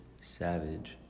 savage